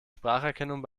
spracherkennung